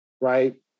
right